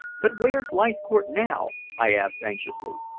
but where's leithcourt now? i asked anxiously.